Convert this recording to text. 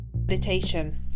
meditation